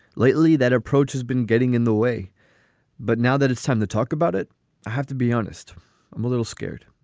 lately, that approach has been getting in the way but now that it's time to talk about it, i have to be honest. i'm a little scared